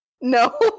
no